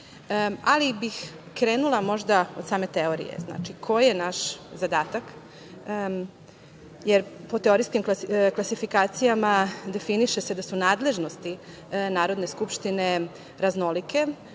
ali bih krenula možda od same teorije, znači, koji je naš zadatak, jer po teorijskim klasifikacijama definiše se da su nadležnosti Narodne skupštine raznolike